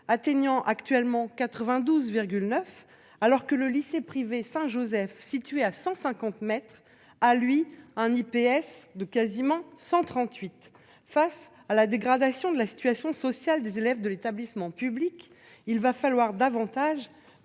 atteignant actuellement 92. 9. Alors que le lycée privé Saint-Joseph située à 150 mètres à lui un IPS de quasiment 138 face à la dégradation de la situation sociale des élèves de l'établissement public. Il va falloir davantage